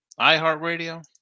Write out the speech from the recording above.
iHeartRadio